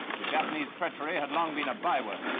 for japanese treachery had long been a bye word.